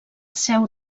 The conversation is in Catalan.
seu